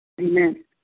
Amen